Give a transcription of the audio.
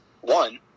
one